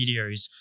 videos